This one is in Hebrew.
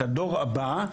את הדור הבא.